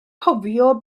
cofio